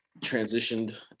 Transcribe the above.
transitioned